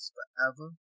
Forever